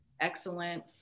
excellent